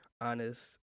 honest